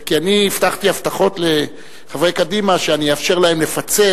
כי אני הבטחתי הבטחות לחברי קדימה שאני אאפשר להם לפצל.